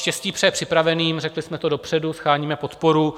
Štěstí přeje připraveným, řekli jsme to dopředu, sháníme podporu.